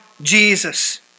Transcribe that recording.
jesus